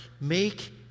make